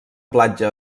platja